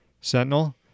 sentinel